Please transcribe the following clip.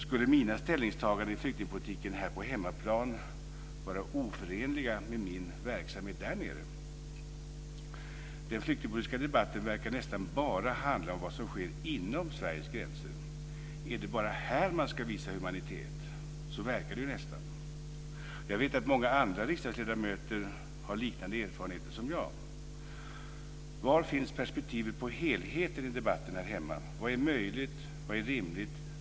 Skulle mina ställningstaganden i flyktingpolitiken här på hemmaplan vara oförenliga med min verksamhet där nere? Den flyktingpolitiska debatten verkar nästan bara handla om vad som sker inom Sveriges gränser. Det är inte bara här som man ska visa humanitet, men så verkar det ju nästan. Jag vet att många andra riksdagsledamöter har liknande erfarenheter som jag. Var finns perspektivet på helheten i debatten här hemma? Vad är möjligt och rimligt?